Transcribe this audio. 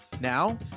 Now